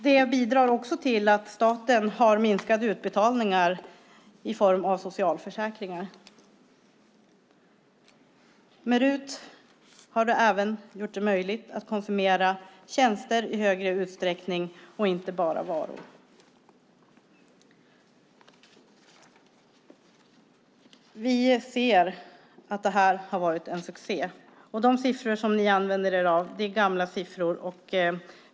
Det här bidrar också till att staten får minskade kostnader för utbetalningar från socialförsäkringar. Med RUT är det även möjligt att i större utsträckning konsumera tjänster och inte bara varor. Vi anser att detta har varit en succé. De siffror ni använder er av är gamla siffror.